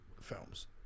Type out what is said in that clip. films